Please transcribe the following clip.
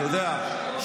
אתה יודע,